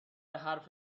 حرف